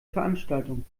veranstaltung